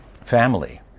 family